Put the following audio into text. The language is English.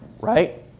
Right